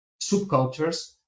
subcultures